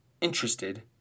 interested